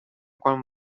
quan